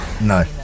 No